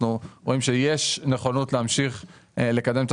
אנחנו רואים שיש נכונות להמשיך לקדם את